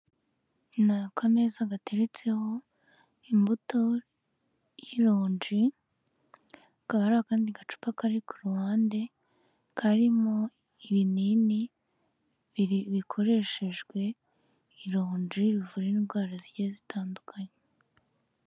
Ni akameza gateretseho imbuto y'ironji, hakaba hari akandi gacupa kari ku ruhande karimo ibinini bikoreshejwe ironji bivura indwara zigiye zitandukanye.